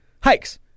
hikes